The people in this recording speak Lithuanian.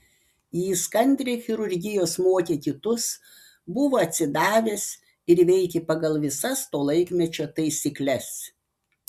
jis kantriai chirurgijos mokė kitus buvo atsidavęs ir veikė pagal visas to laikmečio taisykles